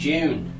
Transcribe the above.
June